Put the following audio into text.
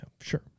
sure